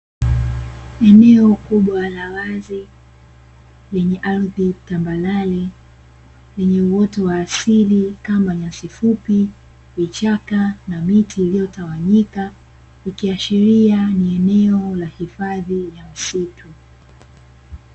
Eneo kubwa la wazi lenye ardhi tambarare, lenye uoto wa asili kama nyasi fupi, vichaka na miti iliyotawanyika, ikiashiria ni eneo la hifadhi ya misitu.